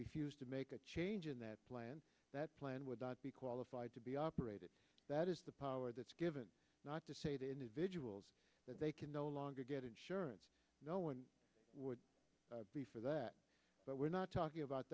refused to make a change in that plan that plan would be qualified to be operated that is the power that's given not to say that individuals that they can no longer get insurance no one would be for that but we're not talking about